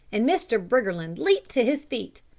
and mr. briggerland leapt to his feet.